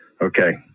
Okay